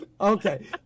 Okay